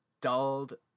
dulled